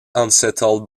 unsettled